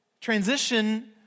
transition